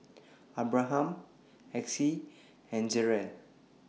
Abraham Exie and Jerrel